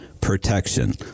protection